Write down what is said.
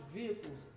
vehicles